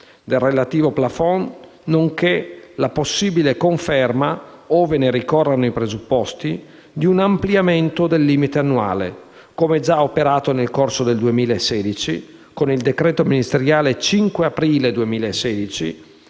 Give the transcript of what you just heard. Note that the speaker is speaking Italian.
del relativo *plafond* nonché la possibile conferma (ove ne ricorrano i presupposti) di un ampliamento del limite annuale, come già operato nel corso del 2016 con il decreto ministeriale 5 aprile 2016,